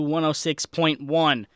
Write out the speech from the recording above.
106.1